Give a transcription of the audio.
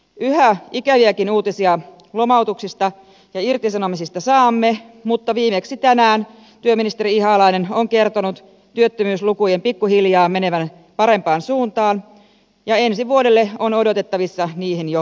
yhä ikäviäkin uutisia lomautuksista ja irtisanomisista saamme mutta viimeksi tänään työministeri ihalainen on kertonut työttömyyslukujen pikkuhiljaa menevän parempaan suuntaan ja ensi vuodelle on odotettavissa niihin jo laskua